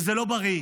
זה לא בריא.